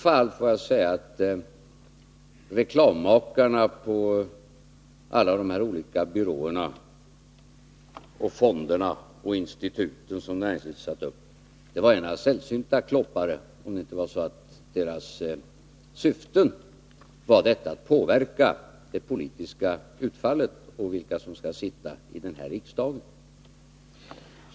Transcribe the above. Jag får säga att reklammakarna på alla de olika byråerna, fonderna och instituten som näringslivet satt upp var sällsynt klåparaktiga, om deras syften inte var att påverka det politiska utfallet och vilka som skulle sitta här i riksdagen.